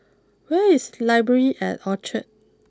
where is library at Orchard